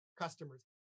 customers